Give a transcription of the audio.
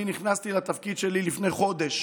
אני נכנסתי לתפקיד שלי לפני חודש,